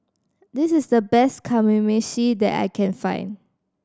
this is the best Kamameshi that I can find